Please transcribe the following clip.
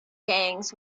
gangs